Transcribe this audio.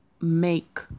make